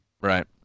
right